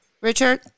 Richard